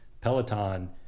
Peloton